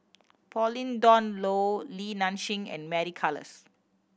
Pauline Dawn Loh Li Nanxing and Mary Klass